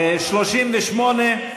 לא הוא.